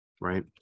right